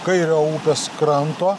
kairio upės kranto